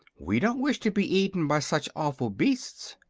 we don't wish to be eaten by such awful beasts.